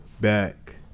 Back